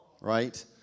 right